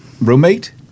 roommate